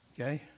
Okay